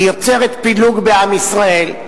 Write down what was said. היא יוצרת פילוג בעם ישראל,